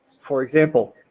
for example,